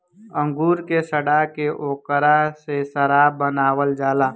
अंगूर के सड़ा के ओकरा से शराब बनावल जाला